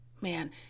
man